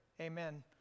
amen